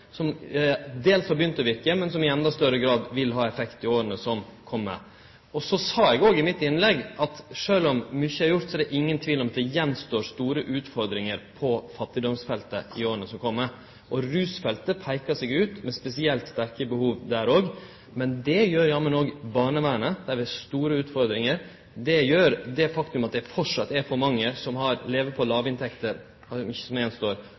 som dels har begynt å verke, men som i enda større grad vil ha effekt i åra som kjem. Så sa eg òg i innlegget mitt at sjølv om mykje er gjort, er det ingen tvil om at det står att store utfordringar på fattigdomsfeltet i åra som kjem. Og rusfeltet peikar seg ut, med spesielt sterke behov der òg, men det gjer jammen òg barnevernet, der det er store utfordringar. Det er eit faktum at det framleis er for mange som lever på